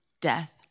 death